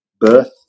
birth